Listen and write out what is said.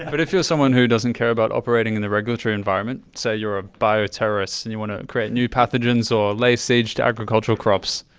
but if you're someone who doesn't care about operating in the regulatory environment, say you're a bioterrorist and you want to and create new pathogens or lay siege to agricultural crops,